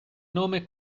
nome